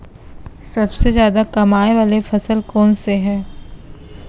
सबसे जादा कमाए वाले फसल कोन से हे?